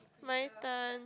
my turn